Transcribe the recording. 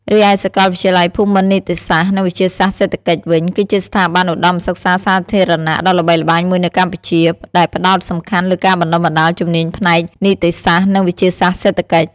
រីឯសាកលវិទ្យាល័យភូមិន្ទនីតិសាស្ត្រ និងវិទ្យាសាស្ត្រសេដ្ឋកិច្ចវិញ គឺជាស្ថាប័នឧត្តមសិក្សាសាធារណៈដ៏ល្បីល្បាញមួយនៅកម្ពុជា ដែលផ្តោតសំខាន់លើការបណ្តុះបណ្តាលជំនាញផ្នែក នីតិសាស្ត្រ និង វិទ្យាសាស្ត្រសេដ្ឋកិច្ច។